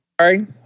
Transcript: Sorry